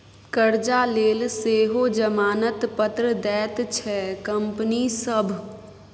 करजा लेल सेहो जमानत पत्र दैत छै कंपनी सभ